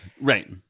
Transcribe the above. Right